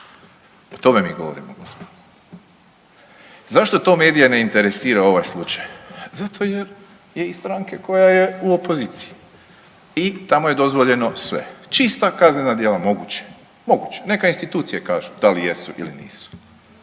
O tome mi govorimo gospodo. Zašto to medije ne interesira ovaj slučaj? Zato jer je iz stranke koja je u opoziciji i tamo je dozvoljeno sve. Čista kaznena djela moguće. Moguće, neka institucije kažu da li jesu ili nisu.